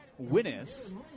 Winnis